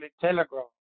Telegraph